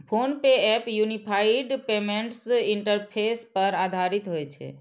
PhonePe app unified payments interface पर आधारित होइ छै